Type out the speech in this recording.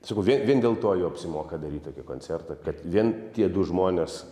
sakau vien vien dėl to jau apsimoka daryt tokį koncertą kad vien tie du žmonės